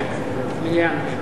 מליאה.